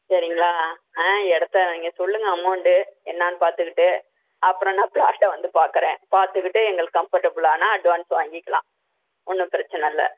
சரிங்களா ஆ இடத்த நீங்கள் சொல்லுங்கள் அமௌண்டு என்னென்னு பார்த்துக்கிட்டு அப்புறம் நான் ப்ளாட்டை வந்து பார்க்கறேன் பார்த்துக்கிட்டு எங்களுக்கு கம்ஃபர்டபுள் ஆனால் அட்வான்ஸ் வாங்கிக்கலாம் ஒன்றும் பிரச்சின இல்லை